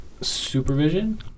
supervision